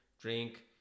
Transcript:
drink